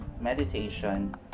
meditation